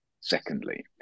secondly